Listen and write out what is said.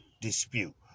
dispute